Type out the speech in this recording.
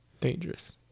Dangerous